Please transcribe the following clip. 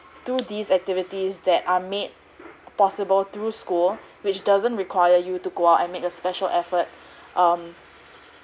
do these activities that are made possible through school which doesn't require you to go out and make a special effort um